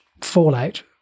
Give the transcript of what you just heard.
fallout